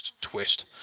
twist